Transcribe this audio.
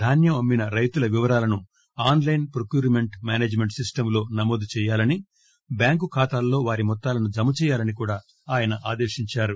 ధాన్యం అమ్మిన రైతుల వివరాలను ఆస్ లైస్ ప్రొక్యూర్మెంట్ మేసేజ్ మెంట్ సిస్టంలో నమోదు చెయ్యాలని బ్యాంకు ఖాతాల్లో వారి మొత్తాలను జమ చెయ్యాలని కూడా ఆదేశించారు